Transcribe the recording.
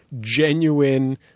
genuine